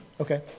Okay